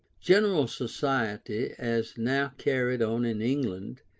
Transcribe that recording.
general society, as now carried on in england,